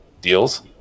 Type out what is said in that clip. deals